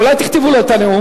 אולי תכתבו לו את הנאום.